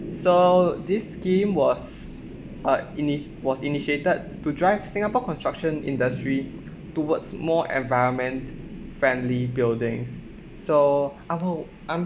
so this scheme was uh ini~ was initiated to drive singapore construction industry towards more environment friendly buildings so I'm for I'm